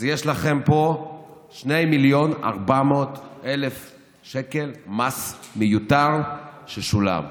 אז יש לכם פה 2.4 מיליון שקל מס מיותר ששולם.